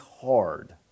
hard